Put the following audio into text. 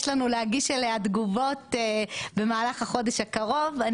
אנחנו צריכים להגיש עליה תגובות במהלך החודש הקרוב.